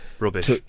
rubbish